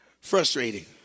Frustrating